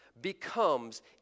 becomes